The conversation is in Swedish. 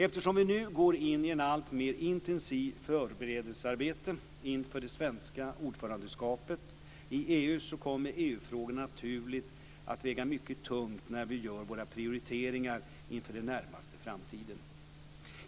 Eftersom vi nu går in i ett alltmer intensivt förberedelsearbete inför det svenska ordförandeskapet i EU så kommer EU-frågorna naturligt att väga mycket tungt när vi gör våra prioriteringar inför den närmaste framtiden.